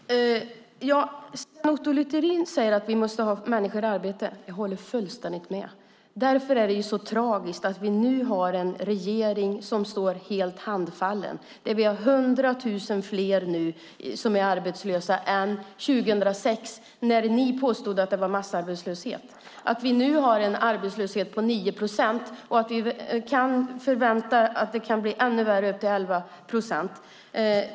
Herr talman! Sven Otto Littorin säger att vi måste ha människor i arbete. Jag håller fullständigt med. Därför är det tragiskt att vi nu har en regering som står handfallen. Vi har 100 000 fler arbetslösa än 2006 när allianspartierna påstod att det var massarbetslöshet. Vi har en arbetslöshet på 9 procent och den kan bli ännu högre, upp till 11 procent.